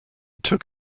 took